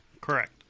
Correct